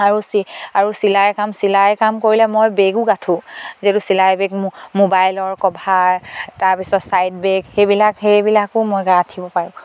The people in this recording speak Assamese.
আৰু আৰু চিলাই কাম চিলাই কাম কৰিলে মই বেগো গাঁঠো যিহেতু চিলাই বেগ মোবাইলৰ কভাৰ তাৰপিছত ছাইড বেগ সেইবিলাক সেইবিলাকো মই গাঁঠিব পাৰোঁ